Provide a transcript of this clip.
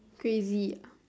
crazy